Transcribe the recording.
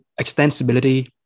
extensibility